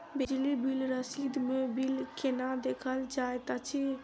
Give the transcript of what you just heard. बिजली बिल रसीद मे बिल केना देखल जाइत अछि?